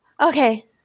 Okay